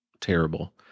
terrible